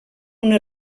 una